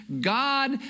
God